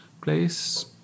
place